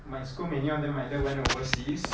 my school mainly all of them either went overseas